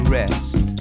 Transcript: rest